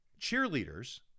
cheerleaders